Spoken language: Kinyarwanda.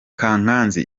kankazi